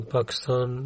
Pakistan